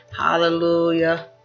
Hallelujah